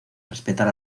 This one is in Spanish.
respetar